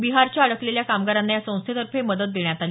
बिहारच्या अडकलेल्या कामगारांना या संस्थेतर्फे मदत देण्यात आली